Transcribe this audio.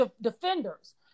defenders